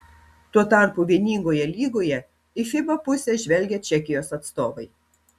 tuo tarpu vieningojoje lygoje į fiba pusę žvelgia čekijos atstovai